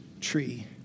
tree